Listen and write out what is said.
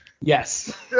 yes